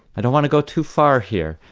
i don't want to go too far here,